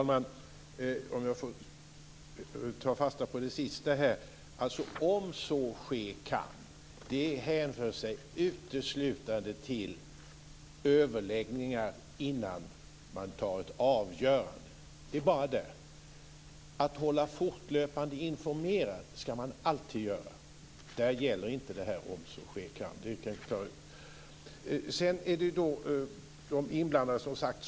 Herr talman! Jag tar fasta på det sista som sades här, alltså om så ske kan. Det hänför sig uteslutande till överläggningar innan man tar ett avgörande. Det är bara där. Man ska alltid fortlöpande informera. Där gäller inte detta om så ske kan.